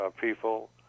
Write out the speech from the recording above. people